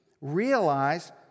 realize